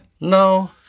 No